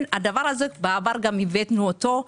הדבר הזה בעבר הבאנו אותו.